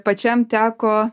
pačiam teko